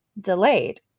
delayed